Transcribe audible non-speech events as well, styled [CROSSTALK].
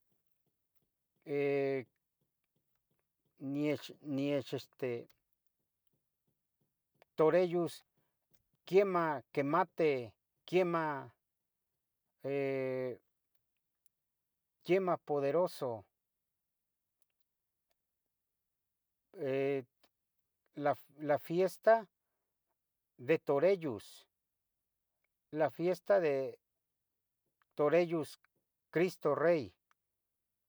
[HESITATION] niech, [HESITATION] toreyos quemah quimati quemah poderoso [HESITATION] La Fiesta de Toreyos, La Fiesta de Toreyos Cristo Rey.